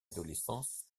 adolescence